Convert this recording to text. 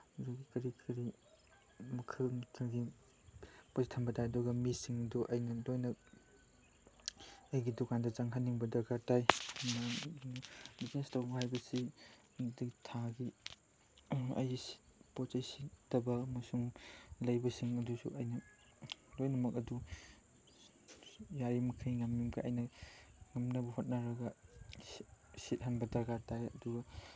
ꯀꯔꯤ ꯀꯔꯤ ꯃꯈꯜ ꯃꯈꯜꯒꯤ ꯄꯣꯠ ꯆꯩ ꯊꯝꯕ ꯇꯥꯏ ꯑꯗꯨꯒ ꯃꯤꯁꯤꯡꯗꯤ ꯑꯩꯅ ꯂꯣꯏꯅ ꯑꯩꯒꯤ ꯗꯨꯀꯥꯟꯗ ꯆꯪꯍꯟꯅꯤꯡꯕ ꯗꯔꯀꯥꯔ ꯇꯥꯏ ꯕꯤꯖꯤꯅꯦꯁ ꯇꯧꯕ ꯍꯥꯏꯕꯁꯤ ꯑꯗꯤ ꯊꯥꯒꯤ ꯑꯩꯒꯤ ꯄꯣꯠ ꯆꯩ ꯁꯤꯠꯇꯕ ꯑꯃꯁꯨꯡ ꯂꯩꯕꯁꯤꯡ ꯑꯗꯨꯁꯨ ꯑꯩꯅ ꯂꯣꯏꯅꯃꯛ ꯑꯗꯨ ꯌꯥꯔꯤꯃꯈꯩ ꯉꯝꯃꯤ ꯃꯈꯩ ꯑꯩꯅ ꯉꯝꯅꯕ ꯍꯣꯠꯅꯔꯒ ꯁꯤꯠꯍꯟꯕ ꯗꯔꯀꯥꯔ ꯇꯥꯏ ꯑꯗꯨꯒ